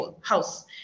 house